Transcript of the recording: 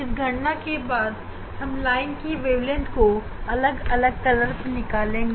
इस गणना के बाद हम मर्करी सोर्स के लिए लाइन के वेवलेंथ को अलग अलग रंग पर निकालेंगे